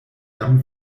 jam